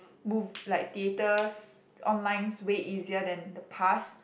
move like theaters online's way easier than the past